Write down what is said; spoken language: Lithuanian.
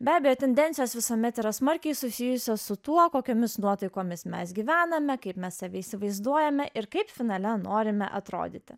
be abejo tendencijos visuomet yra smarkiai susijusios su tuo kokiomis nuotaikomis mes gyvename kaip mes save įsivaizduojame ir kaip finale norime atrodyti